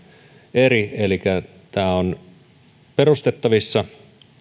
eri elikkä tämä on perustettavissa